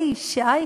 אלי ישי,